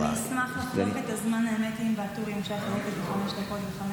אז הוא יציג את החוק.